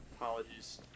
apologies